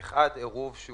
אחד, עירוב שהוא